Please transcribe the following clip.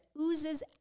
oozes